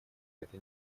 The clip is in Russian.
это